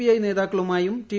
I നേതാക്കളുമായും ട്ടു